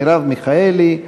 מרב מיכאלי,